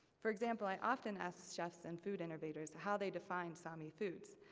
for example, i often asked chefs and food innovators how they define sami foods.